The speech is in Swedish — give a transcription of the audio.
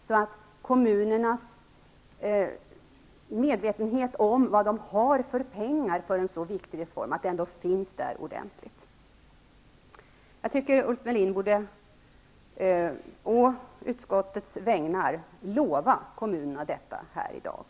Då kan kommunerna känna sig ordentligt på det klara med vilka resurser de har för en så viktig reform. Jag tycker att Ulf Melin å utskottets vägnar borde lova kommunerna detta här i dag.